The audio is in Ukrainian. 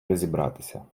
розібратися